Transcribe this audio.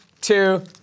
two